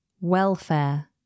Welfare